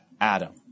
Adam